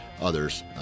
others